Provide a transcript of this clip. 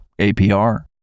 APR